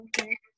okay